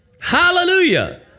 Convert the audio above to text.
Hallelujah